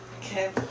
Okay